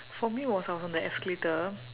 for me was I was on the escalator